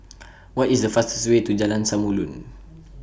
What IS The fastest Way to Jalan Samulun